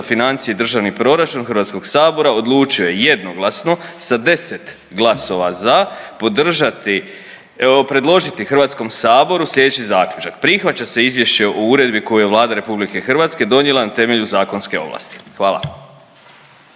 financije i državni proračun HS odlučio je jednoglasno sa 10 glasova za podržati, evo predložiti HS slijedeći zaključak. Prihvaća se Izvješće o uredbi koju je Vlada RH donijela na temelju zakonske ovlasti, hvala.